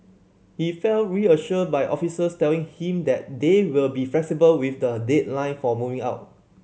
he felt reassured by officers telling him that they will be flexible with the deadline for moving out